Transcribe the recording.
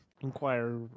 inquire